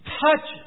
touch